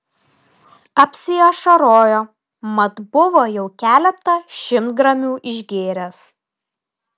apsiašarojo mat buvo jau keletą šimtgramių išgėręs